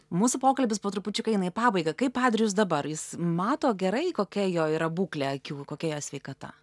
mūsų pokalbis po trupučiuką eina į pabaigą kaip adrijus dabar jis mato gerai kokia jo yra būklė akių kokia jo sveikata